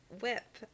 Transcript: whip